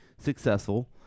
successful